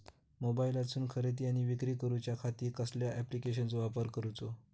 मोबाईलातसून खरेदी आणि विक्री करूच्या खाती कसल्या ॲप्लिकेशनाचो वापर करूचो?